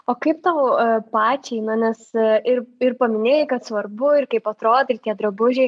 o kaip tau pačiai nes ir ir paminėjai kad svarbu ir kaip atrodo ir tie drabužiai